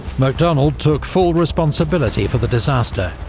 macdonald took full responsibility for the disaster,